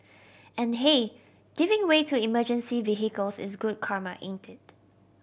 and hey giving way to emergency vehicles is good karma ain't it